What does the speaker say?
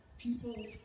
people